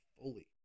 fully